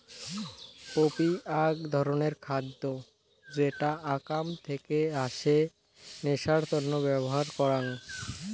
poppy আক ধরণের খাদ্য যেটা আকাম থেকে আসে নেশার তন্ন ব্যবহার করাং